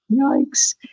yikes